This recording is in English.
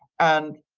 and